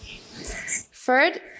Third